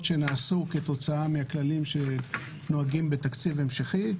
שנעשו כתוצאה מהכללים שנוהגים בתקציב המשכי,